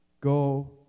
Go